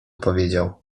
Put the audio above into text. powiedział